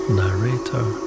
narrator